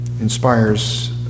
inspires